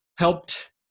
helped